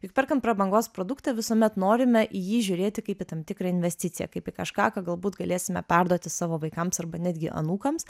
juk perkant prabangos produktą visuomet norime į jį žiūrėti kaip į tam tikrą investiciją kaip į kažką ką galbūt galėsime perduoti savo vaikams arba netgi anūkams